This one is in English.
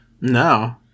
no